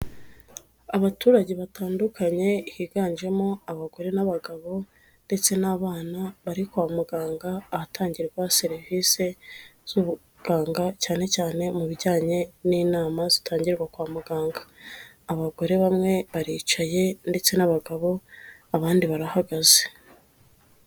Abaturage batandukanye higanjemo abagore n'abagabo ndetse n'abana bari kwa muganga ahatangirwa serivise z'ubuganga cyane cyane mu bijyanye n'inama zitangirwa kwa muganga, abagore bamwe baricaye ndetse n'abagabo, abandi barahagaze.